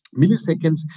Milliseconds